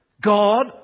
God